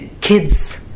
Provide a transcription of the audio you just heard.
kids